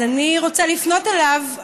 אז אני רוצה לפנות אליו,